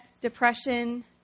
depression